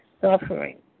suffering